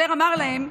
השוטר אמר להם,